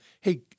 Hey